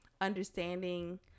understanding